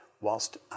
whilst